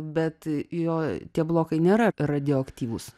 bet jo tie blokai nėra radioaktyvūs